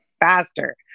faster